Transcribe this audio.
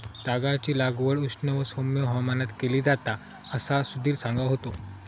तागाची लागवड उष्ण व सौम्य हवामानात केली जाता असा सुधीर सांगा होतो